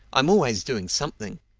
i'm always doing something.